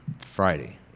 Friday